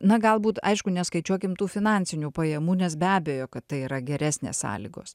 na galbūt aišku neskaičiuokim tų finansinių pajamų nes be abejo kad tai yra geresnės sąlygos